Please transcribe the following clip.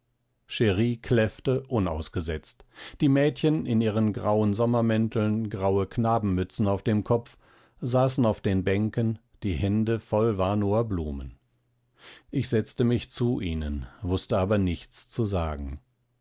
cheri kläffte unausgesetzt die mädchen in ihren grauen sommermänteln graue knabenmützen auf dem kopf saßen auf den bänken die hände voll warnower blumen ich setzte mich zu ihnen wußte aber nichts zu sagen